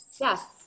Yes